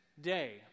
day